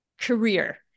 career